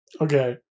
Okay